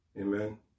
Amen